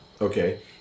Okay